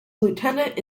lieutenant